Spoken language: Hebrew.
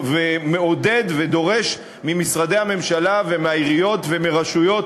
ומעודד ודורש ממשרדי הממשלה ומהעיריות ומרשויות